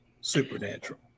supernatural